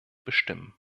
bestimmen